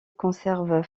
conserve